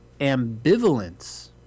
ambivalence